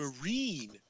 Marine